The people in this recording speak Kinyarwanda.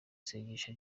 isengesho